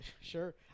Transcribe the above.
Sure